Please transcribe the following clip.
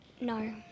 No